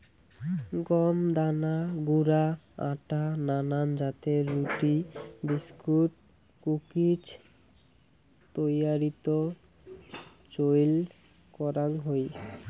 গম দানা গুঁড়া আটা নানান জাতের রুটি, বিস্কুট, কুকিজ তৈয়ারীত চইল করাং হই